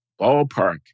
ballpark